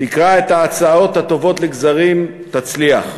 "תקרע את ההצעות הטובות לגזרים, תצליח".